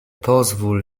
pozwól